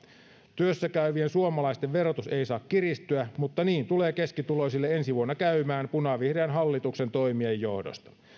työssäkäyvien suomalaisten verotus ei saa kiristyä mutta niin tulee keskituloisille ensi vuonna käymään punavihreän hallituksen toimien johdosta